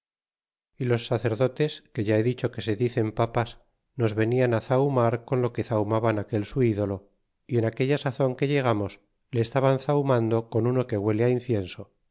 y los sacerdotes que ya he dicho que se dicen papas nos venían zahumar con lo que sahumaban aquel su ídolo y en aquella sazon que llegamos le estaban zahumando con uno que huele incienso